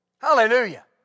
Hallelujah